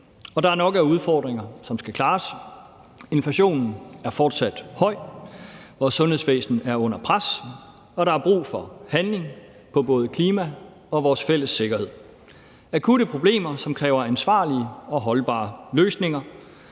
Og der er nok af udfordringer, som skal klares. Inflationen er fortsat høj, vores sundhedsvæsen er under pres, og der er brug for handling på både klima og vores fælles sikkerhed. Det er akutte problemer, som kræver ansvarlige og holdbare løsninger.